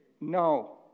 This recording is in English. No